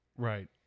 Right